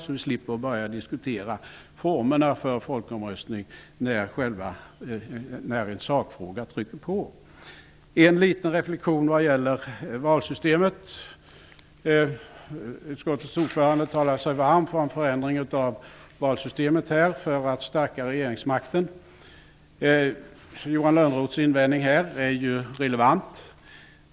Då slipper vi diskutera formerna när folkomröstningar blir aktuella. Jag vill göra en liten reflexion när det gäller valsystemet. Utskottets ordförande talar sig varm för en förändring av valsystemet för att stärka regeringsmakten. Johan Lönnroths invändning är relevant.